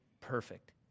perfect